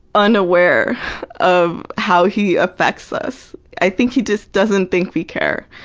unaware of how he affects us. i think he just doesn't think we care.